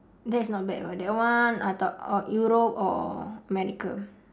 that's not bad [what] that one I thought or europe or america